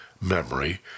memory